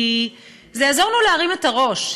כי זה יעזור לנו להרים את הראש.